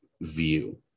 view